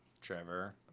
Trevor